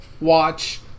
watch